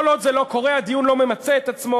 כל עוד זה לא קורה, הדיון לא ממצה את עצמו.